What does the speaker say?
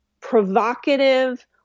provocative